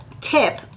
tip